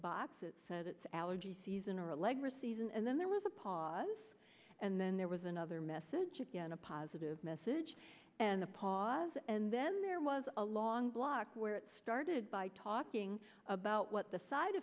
box it said it's allergy season or a leg or season and then there was a pause and then there was another message again a positive message and a pause and then there was a long block where it started by talking about what the side